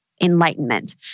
enlightenment